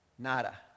Nada